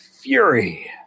Fury